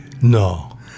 No